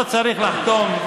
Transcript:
לא צריך לחתום,